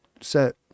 set